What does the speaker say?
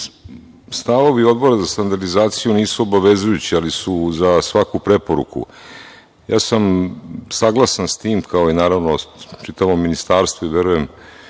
stavovi Odbora za standardizaciju nisu obavezujući, ali su za svaku preporuku. Saglasan sam sa tim, kao i čitavo ministarstvo, i, verujem,